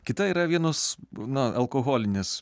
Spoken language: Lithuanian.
kita yra vienos na alkoholines